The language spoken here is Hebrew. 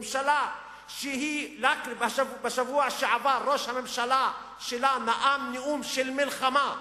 ממשלה שרק בשבוע שעבר ראש ממשלה שלה נאם נאום של מלחמה,